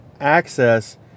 access